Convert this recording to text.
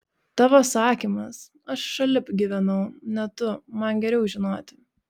tavo sakymas aš šalip gyvenau ne tu man geriau žinoti